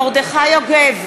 מרדכי יוגב,